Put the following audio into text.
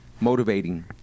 motivating